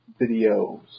video's